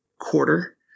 quarter